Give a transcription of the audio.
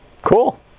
Cool